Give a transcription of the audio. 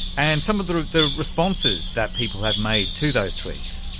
and some of the the responses that people have made to those tweets?